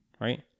right